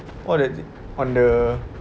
all the on the